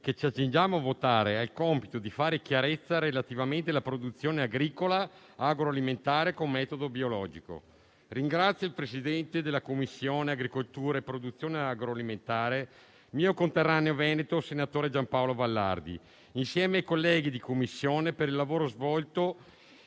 grazie a tutti